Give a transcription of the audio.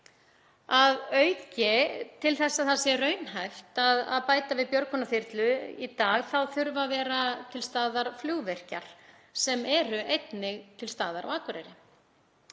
Að auki, til þess að það sé raunhæft að bæta við björgunarþyrlu í dag, þurfa að vera til staðar flugvirkjar sem eru einnig til staðar á Akureyri.